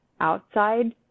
outside